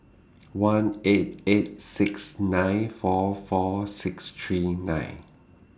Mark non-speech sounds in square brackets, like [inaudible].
one eight eight [noise] six [noise] nine four four six three nine